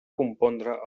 compondre